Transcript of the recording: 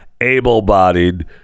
able-bodied